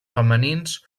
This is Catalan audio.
femenins